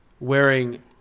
wearing